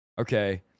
Okay